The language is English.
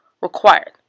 required